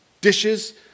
dishes